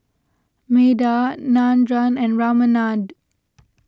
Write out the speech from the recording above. Medha Nandan and Ramanand